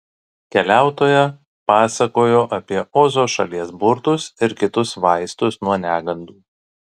keliautoja pasakojo apie ozo šalies burtus ir kitus vaistus nuo negandų